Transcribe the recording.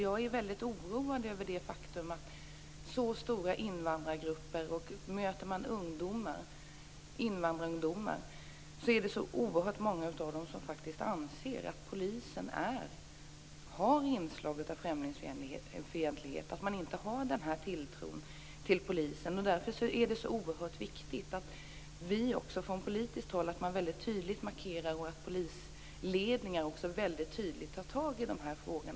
Jag är mycket oroad över det faktum att det är så oerhört många invandrarungdomar som faktiskt anser att polisen har inslag av främlingsfientlighet och att de därför inte har tilltro till polisen. Därför är det så oerhört viktigt att vi från politiskt håll gör tydliga markeringar och att polisledningen tar tag i dessa frågor.